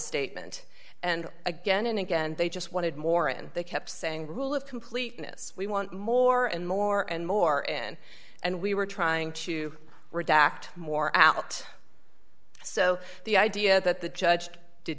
statement and again and again they just wanted more and they kept saying rule of completeness we want more and more and more and and we were trying to redact more out so the idea that the judge did